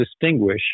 distinguish